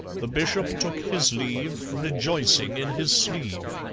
the bishop took his leave, rejoicing in his sleeve.